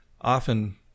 Often